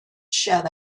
shut